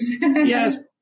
Yes